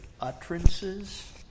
utterances